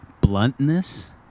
bluntness